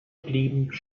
blieben